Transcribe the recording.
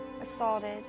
assaulted